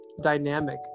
dynamic